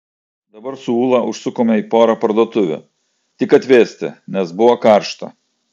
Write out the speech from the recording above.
dabar su ūla užsukome į porą parduotuvių tik atvėsti nes buvo karšta